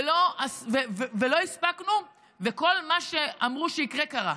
ולא הספקנו, וכל מה שאמרו שיקרה, קרה,